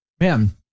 man